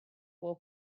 will